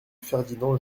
ferdinand